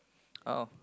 oh